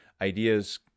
ideas